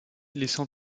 laissant